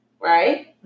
Right